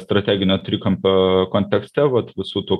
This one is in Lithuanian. strateginio trikampio kontekste vat visų tų